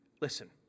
listen